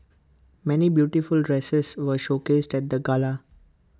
many beautiful dresses were showcased at the gala